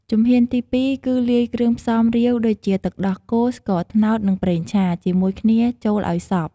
ជំហានទី ២ គឺលាយគ្រឿងផ្សំរាវ ដូចជា ទឹកដោះគោ ស្ករត្នោត និងប្រេងឆា ជាមួយគ្នាចូលឲ្យសព្វ។